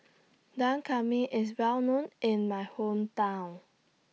Dak Come MI IS Well known in My Hometown